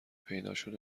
پیداشد